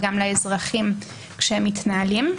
וגם לאזרחים כשהם מתנהלים.